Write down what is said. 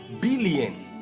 billion